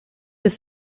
des